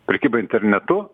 prekyba internetu